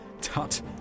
Tut